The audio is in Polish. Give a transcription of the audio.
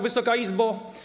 Wysoka Izbo!